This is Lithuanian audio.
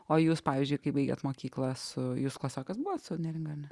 o jūs pavyzdžiui kai baigėt mokyklą su jūs klasiokės buvot su neringa ar ne